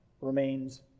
remains